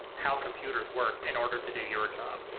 how computers work, in order to do your job.